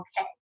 okay